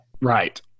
right